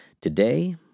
today